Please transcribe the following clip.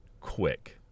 quick